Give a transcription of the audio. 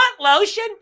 lotion